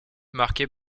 marqué